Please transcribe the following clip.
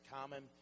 common